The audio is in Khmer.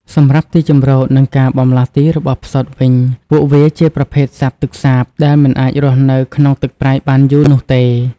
សម្រាប់ទីជម្រកនិងការបម្លាស់ទីរបស់ផ្សោតវិញ ពួកវាជាប្រភេទសត្វទឹកសាប ដែលមិនអាចរស់នៅក្នុងទឹកប្រៃបានយូរនោះទេ។